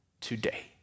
today